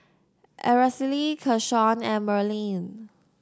Aracely Keshawn and Merlene